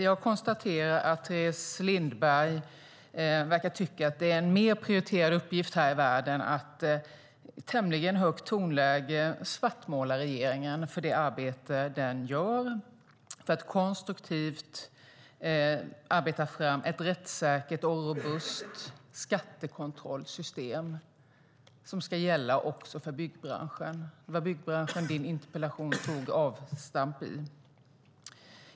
Jag konstaterar att Teres Lindberg verkar tycka att det är en mer prioriterad uppgift här i världen att i ett tämligen högt tonläge svartmåla regeringen för det arbete den gör när det gäller att konstruktivt arbeta fram ett rättssäkert och robust skattekontrollsystem som ska gälla också för byggbranschen. Det var byggbranschen som din interpellation tog avstamp i.